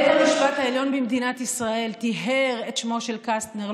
בית המשפט העליון במדינת ישראל טיהר את שמו של קסטנר,